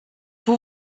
vous